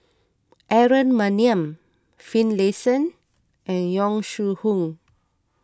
Aaron Maniam Finlayson and Yong Shu Hoong